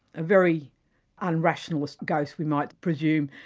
a very unrationalist ghost we might presume,